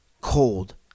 cold